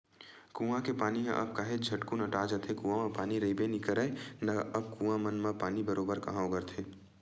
कुँआ के पानी ह अब काहेच झटकुन अटा जाथे, कुँआ म पानी रहिबे नइ करय ना अब कुँआ मन म पानी बरोबर काँहा ओगरथे